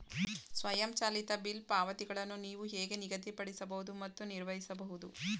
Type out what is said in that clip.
ಸ್ವಯಂಚಾಲಿತ ಬಿಲ್ ಪಾವತಿಗಳನ್ನು ನೀವು ಹೇಗೆ ನಿಗದಿಪಡಿಸಬಹುದು ಮತ್ತು ನಿರ್ವಹಿಸಬಹುದು?